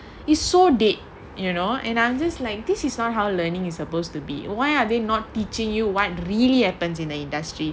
it's so dead you know and I'm just like this is not how learning is supposed to be why are they not teaching you what really happens in the industry